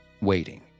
waiting